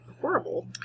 horrible